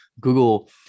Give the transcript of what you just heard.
Google